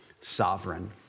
sovereign